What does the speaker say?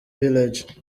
village